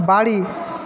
বাড়ি